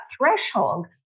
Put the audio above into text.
threshold